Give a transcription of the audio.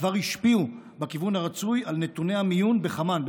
כבר השפיעו בכיוון הרצוי על נתוני המיון בחמ"ן,